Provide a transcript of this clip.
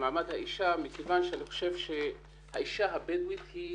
למעמד האישה מכיוון שאני חושב שהאישה הבדואית היא